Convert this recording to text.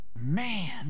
man